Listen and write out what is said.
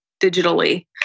digitally